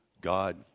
God